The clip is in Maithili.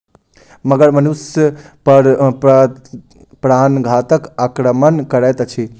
मगर मनुष पर प्राणघातक आक्रमण करैत अछि